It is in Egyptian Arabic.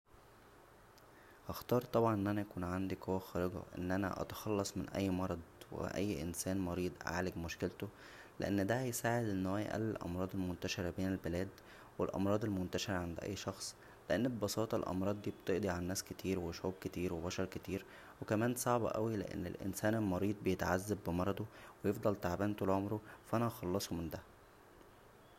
هختار طبعا ان انا يكون عندى قوه خارقه ان انا اتخلص من اى مرض و اي انسان مريض اعالج مشكلته لان دا هيساعد ان هو يقلل الامراض المنتشره بين البلاد و الامراض المنتشره عند اى شخص لان ببساطه الامراض دى بتقضى على ناس كتير و شعوب كتير و بشر كتير و كمان صعب اوى لان الانسان المريض بيتعذب بمرضه و يفضل تعبان طول عمره فا انا هخلصه من دا